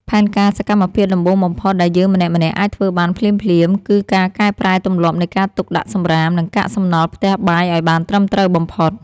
ផែនការសកម្មភាពដំបូងបំផុតដែលយើងម្នាក់ៗអាចធ្វើបានភ្លាមៗ គឺការកែប្រែទម្លាប់នៃការទុកដាក់សំរាម និងកាកសំណល់ផ្ទះបាយឱ្យបានត្រឹមត្រូវបំផុត។